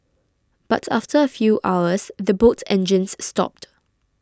but after a few hours the boat engines stopped